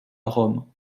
rome